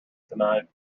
tonight